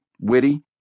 witty